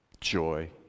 joy